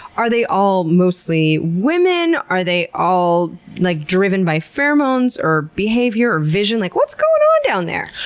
are they all mostly women? are they all like driven by pheromones or behavior or vision? like what's going on down there?